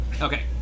Okay